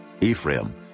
Ephraim